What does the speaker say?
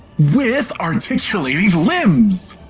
with articulating limbs!